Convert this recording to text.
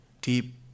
deep